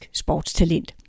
sportstalent